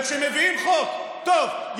וכשמביאים חוק טוב,